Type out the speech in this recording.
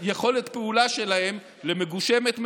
את יכולת הפעולה שלהם למגושמת מאוד,